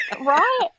Right